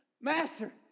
master